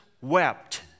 wept